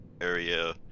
area